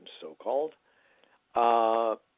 so-called